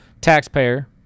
taxpayer